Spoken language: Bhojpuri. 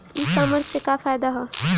ई कामर्स से का फायदा ह?